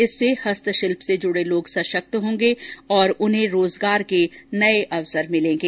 इससे हस्तशिल्प से जुड़े लोग सशक्त होंगे और उन्हें रोजगार के अवसर मिलेंगे